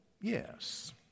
yes